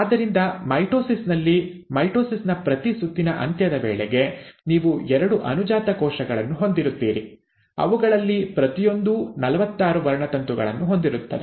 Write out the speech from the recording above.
ಆದ್ದರಿಂದ ಮೈಟೊಸಿಸ್ ನಲ್ಲಿ ಮೈಟೊಸಿಸ್ ನ ಪ್ರತಿ ಸುತ್ತಿನ ಅಂತ್ಯದ ವೇಳೆಗೆ ನೀವು ಎರಡು ಅನುಜಾತ ಕೋಶಗಳನ್ನು ಹೊಂದಿರುತ್ತೀರಿ ಅವುಗಳಲ್ಲಿ ಪ್ರತಿಯೊಂದೂ ನಲವತ್ತಾರು ವರ್ಣತಂತುಗಳನ್ನು ಹೊಂದಿರುತ್ತದೆ